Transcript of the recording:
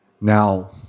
Now